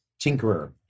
tinkerer